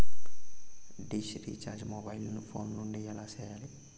dish recharge mobile phone నుండి ఎలా సేయాలి